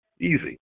Easy